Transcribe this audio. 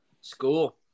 School